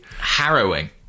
Harrowing